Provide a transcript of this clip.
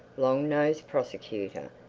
long-nosed prosecutor,